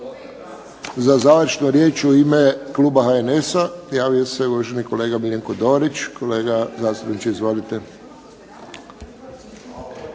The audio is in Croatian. Za završnu riječ u ime kluba HNS-a javio se uvaženi kolega Miljenko Dorić. Kolega zastupniče izvolite.